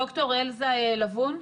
ד"ר אלזה לבון,